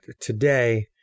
today